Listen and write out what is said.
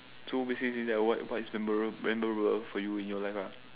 so basically is that what for you in your life ah